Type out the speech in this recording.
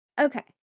Okay